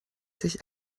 sich